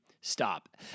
stop